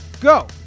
Go